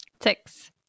Six